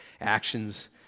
actions